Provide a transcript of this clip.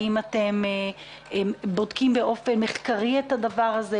האם אתם בודקים באופן מחקרי את הדבר הזה?